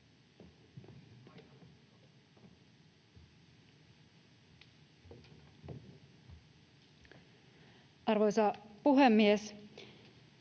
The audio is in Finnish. Arvoisa puhemies!